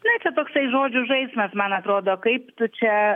na čia toksai žodžių žaismas man atrodo kaip tu čia